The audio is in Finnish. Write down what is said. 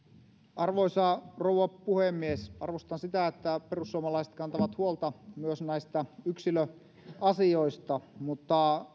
arvoisa rouva puhemies arvostan sitä että perussuomalaiset kantavat huolta myös näistä yksilöasioista mutta